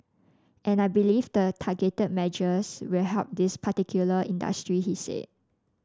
and I believe the targeted measures will help these particular industries he said